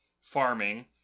farming